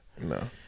No